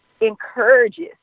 encourages